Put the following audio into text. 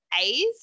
A's